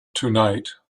tonight